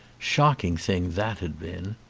shocking thing that had been!